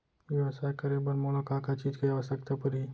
ई व्यवसाय करे बर मोला का का चीज के आवश्यकता परही?